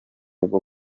bwo